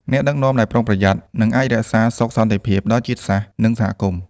អ្នកដឹកនាំដែលប្រុងប្រយ័ត្ន នឹងអាចរក្សាសុខសន្តិភាពដល់ជាតិសាសន៍ និងសហគមន៍។